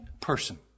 person